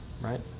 right